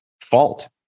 fault